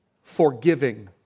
Forgiving